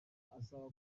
asaba